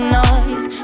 noise